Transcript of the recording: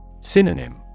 Synonym